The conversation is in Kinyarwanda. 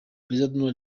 perezida